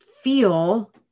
feel